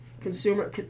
Consumer